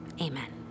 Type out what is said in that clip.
Amen